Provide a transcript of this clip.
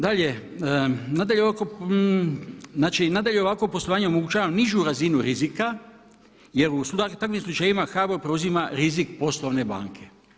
Dalje, nadalje ovako poslovanja omogućava nižu razinu rizika jer u takvim slučajevima HBOR preuzima rizik poslovne banke.